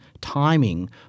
timing